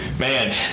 Man